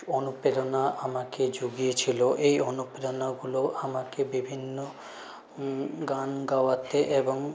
অনুপ্রেরণা আমাকে জুগিয়েছিল এই অনুপ্রেরণাগুলো আমাকে বিভিন্ন গান গাওয়াতে এবং